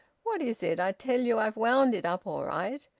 what is it? i tell you i've wound it up all right.